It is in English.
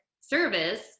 service